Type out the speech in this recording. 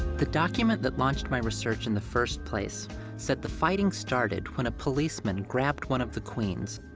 the document that launched my research in the first place said the fighting started when a policeman grabbed one of the queens,